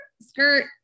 skirt